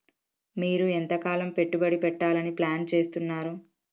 మీరు ఎంతకాలం పెట్టుబడి పెట్టాలని ప్లాన్ చేస్తున్నారు?